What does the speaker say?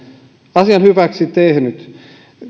asian hyväksi tehnyt